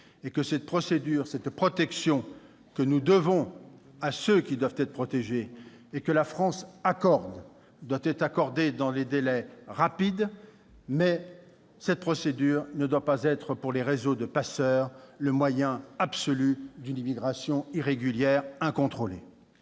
la plus courte possible et que la protection que nous devons à ceux qui doivent être protégés, et que la France accorde, soit offerte dans des délais rapides. Néanmoins, cette procédure ne doit pas être pour les réseaux de passeurs le moyen absolu d'une immigration irrégulière incontrôlée.